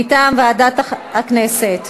מטעם ועדת הכנסת.